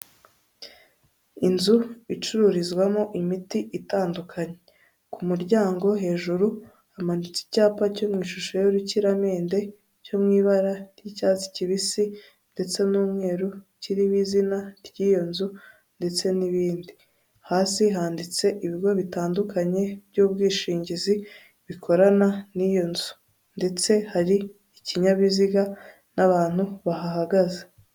Inzu icururizwamo imiti itandukanye, ku muryango hejuru amanitse icyapa cyo mu ishusho y'urukiramende cyo mu ibara ry'icyatsi kibisi ndetse n'umweru, kiriho izina ry'iyo nzu ndetse n'ibindi hasi handitse ibigo bitandukanye by'ubwishingizi bikorana n'iyo nzu ndetse hari ikinyabiziga n'abantu bahagaze.